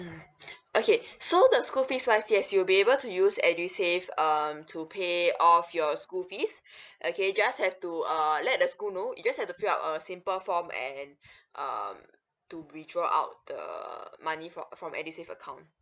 mm okay so the school fees wise yes you'll be able to use edusave um to pay off your school fees okay just have to err let the school know you just have to fill up a simple form and um to withdraw out the money from from edusave account